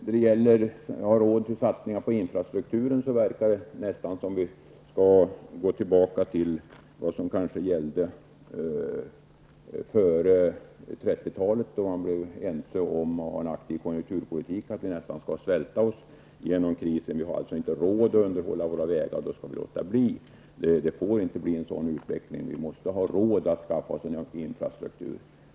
När det gäller att ha råd med satsningar på infrastrukturen verkar det nästan som om vi skulle gå tillbaka till vad som gällde före 1930-talet, då man blev ense om att föra en aktiv konjunkturpolitik. Det verkar som om vi skall nästan svälta oss igenom av krisen. Vi har alltså inte råd att underhålla våra vägar, och då skall vi låta bli. Utvecklingen får inte bli sådan. Vi måste ha råd att skaffa oss en infrastruktur.